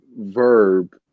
verb